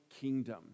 kingdom